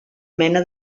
mena